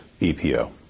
EPO